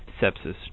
sepsis